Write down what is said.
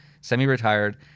semi-retired